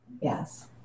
Yes